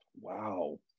Wow